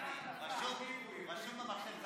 הוא כאן.